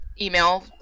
email